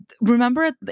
remember